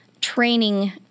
training